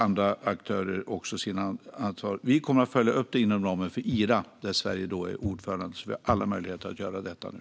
Andra aktörer tar också sitt ansvar. Vi kommer att följa upp detta inom ramen för IHRA. Där är Sverige ordförande, så vi har alla möjligheter att göra detta nu.